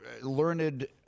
learned